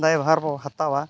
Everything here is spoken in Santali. ᱫᱟᱭᱵᱷᱟᱨᱵᱚ ᱦᱟᱛᱟᱣᱟ